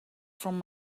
from